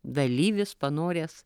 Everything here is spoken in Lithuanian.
dalyvis panoręs